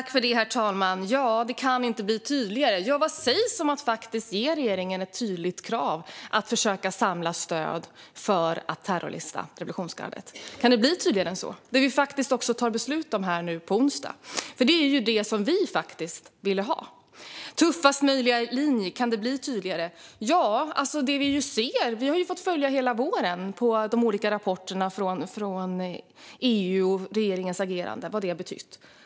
Herr talman! Det kan inte bli tydligare - vad sägs om att ge regeringen ett tydligt krav på att försöka samla stöd för att terrorlista revolutionsgardet, det vi faktiskt tar beslut om här på onsdag? Det är ju det som vi ville ha. Kan det bli tydligare än så? Tuffast möjliga linje - kan det bli tydligare? Hela våren har vi fått följa de olika rapporterna från EU om regeringens agerande och vad det har betytt.